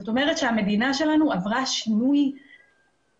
זאת אומרת שהמדינה שלנו עברה שינוי אגרסיבי